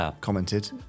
commented